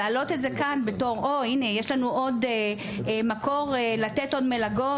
להעלות את זה כאן בתור: יש לנו עוד מקור לתת מלגות,